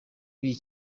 w’iyi